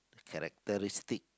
characteristic